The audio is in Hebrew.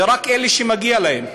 ורק אלה שמגיע להם,